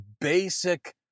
basic